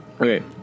Okay